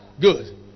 good